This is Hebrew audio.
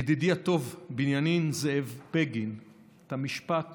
ידידי הטוב בנימין זאב בגין את המשפט